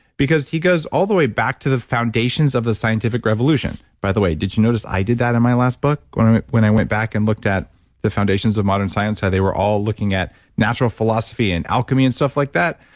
because he goes all the way back to the foundations of the scientific revolution. by the way, did you notice i did that in my last book when i went i went back and looked at the foundations of modern science, how they were all looking at natural philosophy and alchemy and stuff like that.